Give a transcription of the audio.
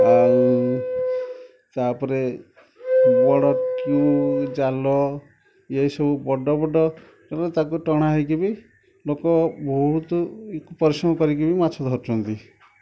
ଆଉ ତାପରେ ବଡ଼ କ୍ୟୁ ଜାଲ ଏଇସବୁ ବଡ଼ ବଡ଼ ତାକୁ ଟଣା ହେଇକି ବି ଲୋକ ବହୁତ ପରିଶ୍ରମ କରିକି ବି ମାଛ ଧରୁଛନ୍ତି